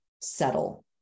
settle